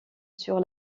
sur